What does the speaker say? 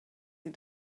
sie